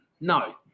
No